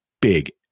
big